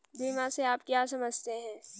बीमा से आप क्या समझते हैं?